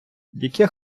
яке